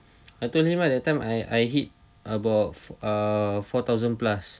I told him ah that time I I hit about uh four thousand plus